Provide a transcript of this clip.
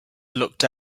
looked